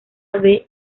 ave